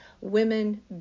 women